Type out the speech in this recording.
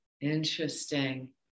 interesting